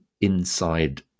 inside